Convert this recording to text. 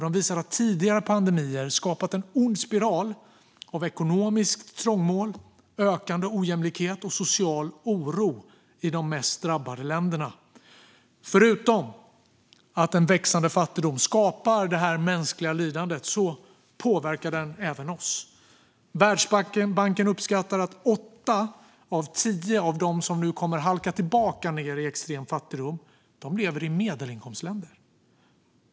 De visar att tidigare pandemier har skapat en ond spiral av ekonomiskt trångmål, ökande ojämlikhet och social oro i de mest drabbade länderna. Förutom att en växande fattigdom skapar mänskligt lidande påverkar den även oss. Världsbanken uppskattar att åtta av tio av de som nu halkar tillbaka till extrem fattigdom lever i medelinkomstländer.